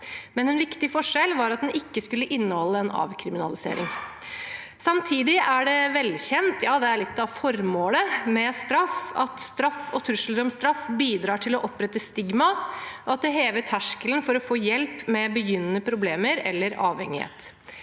men en viktig forskjell var at den ikke skulle inneholde en avkriminalisering. Samtidig er det velkjent – ja, det er litt av formålet med straff – at straff og trusler om straff bidrar til å opprette stigma, og at det hever terskelen for å få hjelp med begynnende problemer eller med avhengighet.